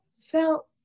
felt